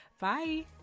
bye